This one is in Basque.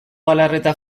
galarreta